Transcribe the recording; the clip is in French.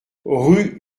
rue